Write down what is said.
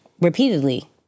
repeatedly